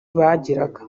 bagiraga